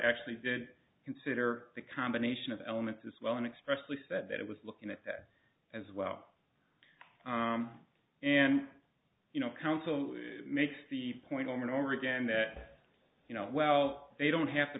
actually did consider the combination of elements as well and expressively said that it was looking at that as well and you know counsel makes the point over and over again that you know well they don't have to